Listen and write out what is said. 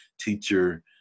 teacher